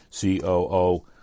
COO